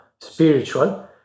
spiritual